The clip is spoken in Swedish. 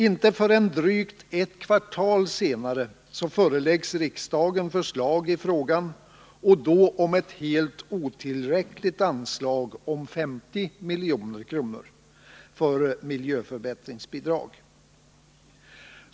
Inte förrän drygt ett kvartal senare föreläggs så riksdagen förslag i frågan, och då gäller det ett anslag om 50 milj.kr., men som miljöförbättringsbidrag är det helt otillräckligt.